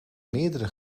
meerdere